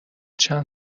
چند